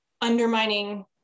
undermining